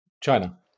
China